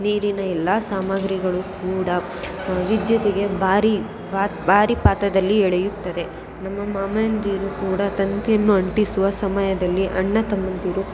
ನೀರಿನ ಎಲ್ಲಾ ಸಾಮಗ್ರಿಗಳು ಕೂಡ ವಿದ್ಯುತ್ತಿಗೆ ಬಾರಿ ಪಾತ ಬಾರಿ ಪಾತ್ರದಲ್ಲಿ ಎಳೆಯುತ್ತದೆ ನಮ್ಮ ಮಾವಂದಿರು ಕೂಡ ತಂತಿಯನ್ನು ಅಂಟಿಸುವ ಸಮಯದಲ್ಲಿ ಅಣ್ಣ ತಮ್ಮಂದಿರು